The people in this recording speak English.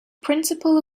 principle